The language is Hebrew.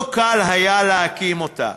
לא קל היה להקים אותה,